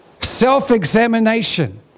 Self-examination